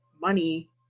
money